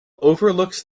overlooks